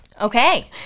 Okay